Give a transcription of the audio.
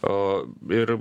o ir